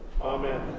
Amen